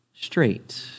straight